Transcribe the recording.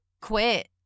quit